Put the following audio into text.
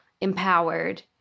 empowered